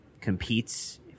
competes